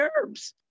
herbs